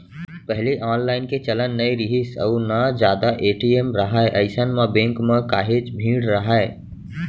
पहिली ऑनलाईन के चलन नइ रिहिस अउ ना जादा ए.टी.एम राहय अइसन म बेंक म काहेच भीड़ राहय